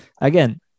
again